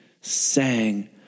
sang